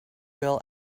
girl